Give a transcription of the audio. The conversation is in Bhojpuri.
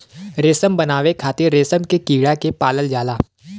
रेशम बनावे खातिर रेशम के कीड़ा के पालल जाला